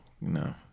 no